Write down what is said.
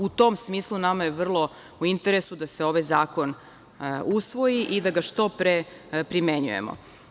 U tom smislu nama je vrlo važno i u interesu da se ovaj zakon usvoji i da ga što pre primenjujemo.